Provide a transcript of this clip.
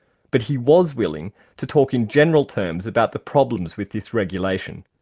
but he was willing to talk in general terms about the problems with this regulation.